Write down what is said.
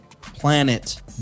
planet